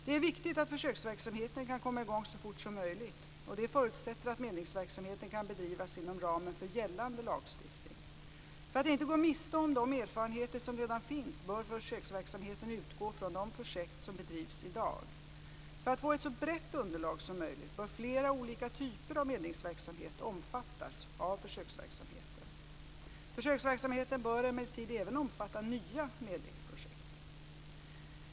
Det är viktigt att försöksverksamheten kan komma i gång så fort som möjligt, och det förutsätter att medlingsverksamheten kan bedrivas inom ramen för gällande lagstiftning. För att inte gå miste om de erfarenheter som redan finns bör försöksverksamheten utgå från de projekt som bedrivs i dag. För att få ett så brett underlag som möjligt bör flera olika typer av medlingsverksamhet omfattas av försöksverksamheten. Försöksverksamheten bör emellertid även omfatta nya medlingsprojekt.